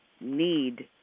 need